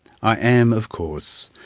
i am, of course,